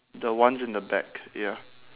the ones in the back ya